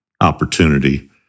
opportunity